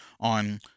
on